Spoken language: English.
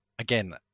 Again